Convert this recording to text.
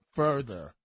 further